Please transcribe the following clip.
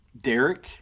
derek